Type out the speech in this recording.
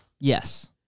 Yes